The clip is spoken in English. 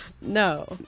No